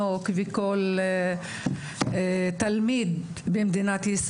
בכל הדיונים שנערכים בכנסת לא רק כי אנחנו אוהבים את הנגב,